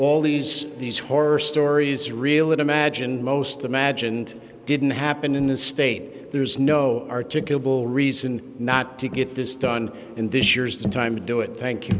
all these these horror stories real it imagined most imagined didn't happen in this state there's no articulable reason not to get this done in these years the time to do it thank you